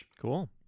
Cool